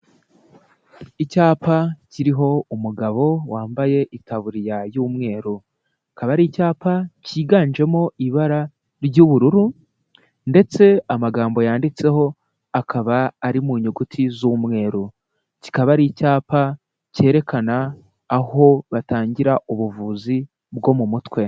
Icyapa kiriho umugabo wambaye itabuririya y'umweru, akaba ari icyapa kiganjemo ibara ry'ubururu ndetse amagambo yanditseho akaba ari mu nyuguti z'umweru, kikaba ari icyapa kerekana aho batangira ubuvuzi bwo mu mutwe.